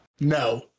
No